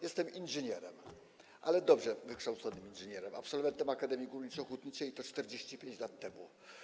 Jestem inżynierem, ale dobrze wykształconym inżynierem, absolwentem Akademii Górniczo-Hutniczej, i to 45 lat temu.